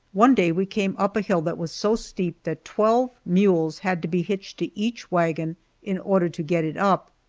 one day we came up a hill that was so steep that twelve mules had to be hitched to each wagon in order to get it up.